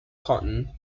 cotton